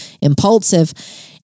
impulsive